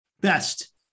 best